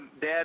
Dad